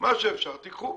מה שאפשר, תיקחו.